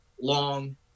long